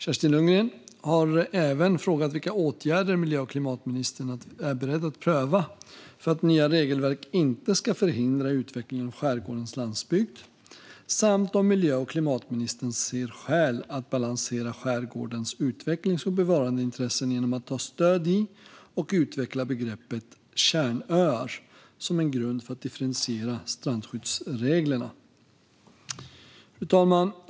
Kerstin Lundgren har även frågat vilka åtgärder miljö och klimatministern är beredd att pröva för att nya regelverk inte ska förhindra utvecklingen av skärgårdens landsbygd samt om miljö och klimatministern ser skäl att balansera skärgårdens utvecklings och bevarandeintressen genom att ta stöd i och utveckla begreppet "kärnöar" som en grund för att differentiera strandskyddsreglerna. Fru talman!